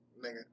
Nigga